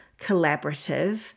collaborative